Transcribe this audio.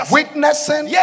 witnessing